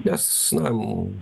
nes na